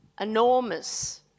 enormous